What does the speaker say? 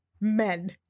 men